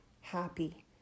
happy